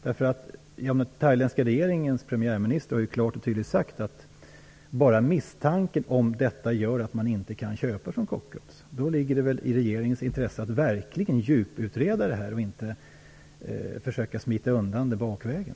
Den thailändska regeringens premiärminister har ju klart och tydligt sagt att bara misstanken om detta gör att man inte kan köpa från Kockums. Då ligger det väl i regeringens intresse att verkligen djupare utreda detta och inte försöka smita undan bakvägen.